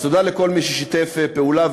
אז תודה לכל מי ששיתף פעולה.